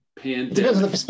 pandemic